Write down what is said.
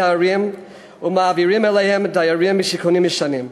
הערים ומעבירים אליהם דיירים משיכונים ישנים.